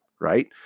Right